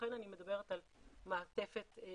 לכן אני מדברת על מעטפת עקיפה.